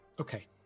Okay